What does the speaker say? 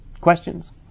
Questions